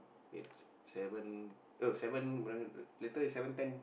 wait seven oh seven later is seven ten